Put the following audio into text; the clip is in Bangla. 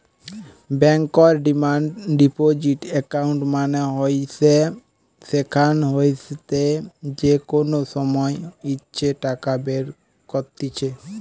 বেঙ্কর ডিমান্ড ডিপোজিট একাউন্ট মানে হইসে যেখান হইতে যে কোনো সময় ইচ্ছে টাকা বের কত্তিছে